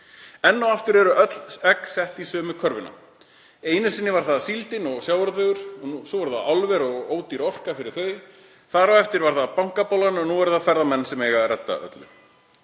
Enn og aftur eru öll eggin sett í sömu körfuna. Einu sinni var það síldin og sjávarútvegur. Svo voru það álver og ódýr orka fyrir þau. Þar á eftir var það bankabólan og núna eru það ferðamenn sem eiga að redda öllu.